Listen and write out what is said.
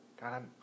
God